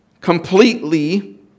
completely